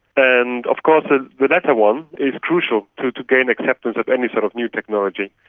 and of course ah the latter one is crucial to to gain acceptance of any sort of new technology.